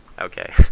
Okay